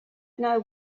know